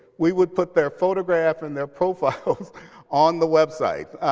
we would put their photograph and their profiles on the website.